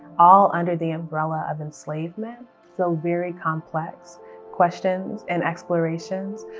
all under the umbrella of enslavement. so very complex questions and explorations,